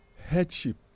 headship